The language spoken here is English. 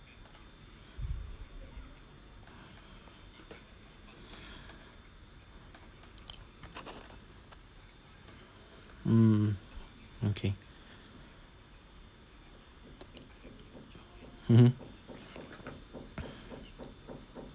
hmm okay mmhmm